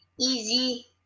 Easy